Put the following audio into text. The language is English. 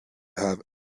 have